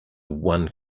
one